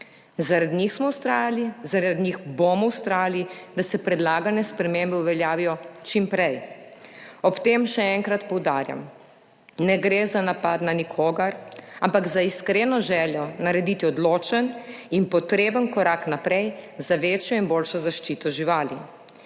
Zaradi njih smo vztrajali, zaradi njih bomo vztrajali, da se predlagane spremembe uveljavijo čim prej. Ob tem še enkrat poudarjam: ne gre za napad na nikogar, ampak za iskreno željo narediti odločen in potreben korak naprej za večjo in boljšo zaščito živali.